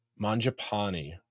Manjapani